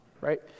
right